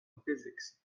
physics